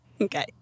Okay